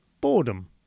boredom